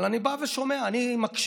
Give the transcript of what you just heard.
אבל אני בא ושומע, אני מקשיב.